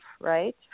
right